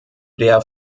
der